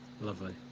Lovely